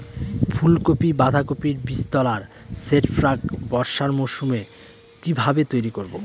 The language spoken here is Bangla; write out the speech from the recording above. ফুলকপি বাধাকপির বীজতলার সেট প্রাক বর্ষার মৌসুমে কিভাবে তৈরি করব?